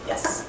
Yes